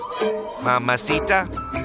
Mamacita